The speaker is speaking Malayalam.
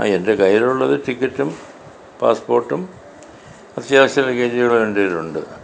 അ എൻ്റെ കയ്യിലുള്ളത് റ്റിക്കറ്റും പാസ്പോർട്ടും അത്യാവശ്യം ലെകേജുകളും എൻ്റെ കയ്യിലുണ്ട്